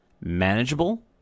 manageable